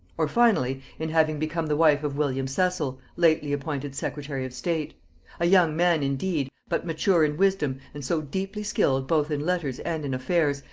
or finally, in having become the wife of william cecil, lately appointed secretary of state a young man indeed, but mature in wisdom, and so deeply skilled both in letters and in affairs,